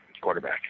quarterback